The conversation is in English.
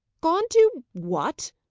gone to what?